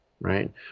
right